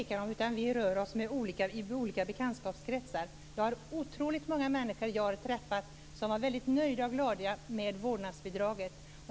Fru talman! Ja, det råder nog ingen tvekan där. Vi rör oss i olika bekantskapskretsar. Men otroligt många av de människor som jag träffat har varit väldigt nöjda med och glada över vårdnadsbidraget.